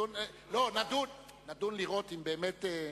כי מדובר פה בשני עניינים,